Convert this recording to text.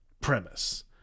premise